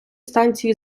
станції